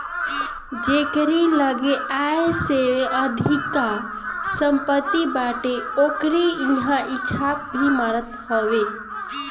जेकरी लगे आय से अधिका सम्पत्ति बाटे ओकरी इहां इ छापा भी मारत हवे